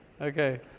Okay